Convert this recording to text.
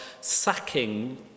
sacking